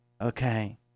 okay